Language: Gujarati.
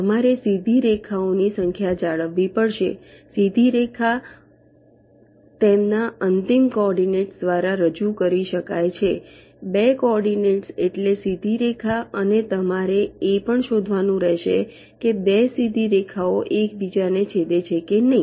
તમારે સીધી રેખાઓની સંખ્યા જાળવવી પડશે સીધી રેખા તેમના અંતિમ કોઓર્ડિનેટ્સ દ્વારા રજૂ કરી શકાય છે બે કોઓર્ડિનેટ્સ એટલે સીધી રેખા અને તમારે એ પણ શોધવાનું રહેશે કે 2 સીધી રેખાઓ એકબીજાને છેદે છે કે નહીં